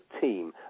team